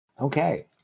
Okay